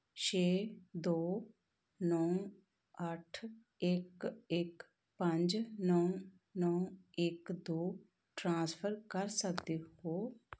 ਛੇ ਦੋ ਨੌਂ ਅੱਠ ਇੱਕ ਇੱਕ ਪੰਜ ਨੌਂ ਨੌਂ ਇੱਕ ਦੋ ਟ੍ਰਾਂਸਫਰ ਕਰ ਸਕਦੇ ਹੋ